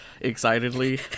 excitedly